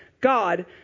God